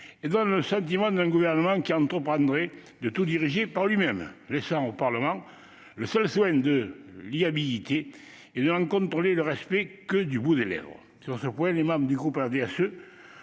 et donne le sentiment d'un gouvernement qui entreprendrait « de tout diriger par lui-même », laissant au Parlement le seul soin de l'y habiliter et de n'en contrôler le respect que du bout des lèvres. Sur ce point, les membres du groupe RDSE